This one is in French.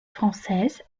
française